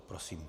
Prosím.